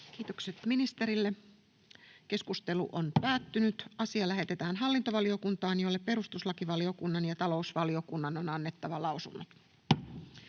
asia. Puhemiesneuvosto ehdottaa, että asia lähetetään hallintovaliokuntaan, jolle perustuslakivaliokunnan ja talousvaliokunnan on annettava lausuntonsa.